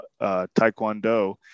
Taekwondo